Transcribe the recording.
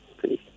please